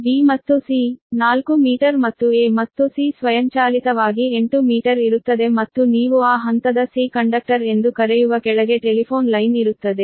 b ಮತ್ತು c ನಿಮ್ಮ 4 metre ಮತ್ತು a ಮತ್ತು c ಸ್ವಯಂಚಾಲಿತವಾಗಿ ನಿಮ್ಮ 8 ಮೀಟರ್ ಇರುತ್ತದೆ ಮತ್ತು ನೀವು ಆ ಹಂತದ c ಕಂಡಕ್ಟರ್ ಎಂದು ಕರೆಯುವ ಕೆಳಗೆ ಟೆಲಿಫೋನ್ ಲೈನ್ ಇರುತ್ತದೆ